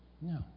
No